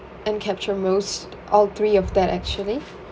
encapture most all three of that actually